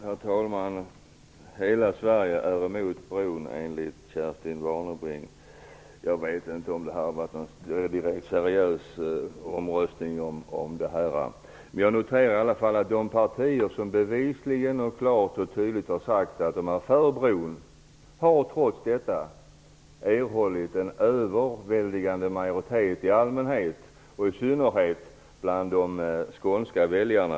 Herr talman! Hela Sverige är emot bron, enligt Kerstin Warnerbring. Jag vet inte om det har varit någon seriös omröstning om det. Jag noterar i alla fall att de partier som klart och tydligt har sagt att de är för bron trots detta har erhållit en överväldigande majoritet i allmänhet och i synnerhet bland de skånska väljarna.